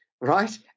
right